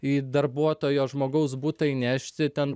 į darbuotojo žmogaus butą įnešti ten